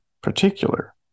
particular